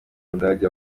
umudage